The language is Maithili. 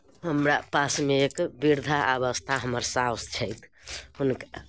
हमरा पासमे एक वृद्धा अवस्था हमर सासु छथि हुनका